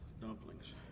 dumplings